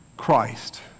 Christ